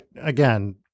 again